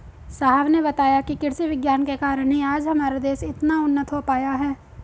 साहब ने बताया कि कृषि विज्ञान के कारण ही आज हमारा देश इतना उन्नत हो पाया है